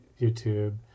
YouTube